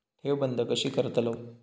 ठेव बंद कशी करतलव?